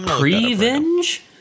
Revenge